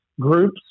groups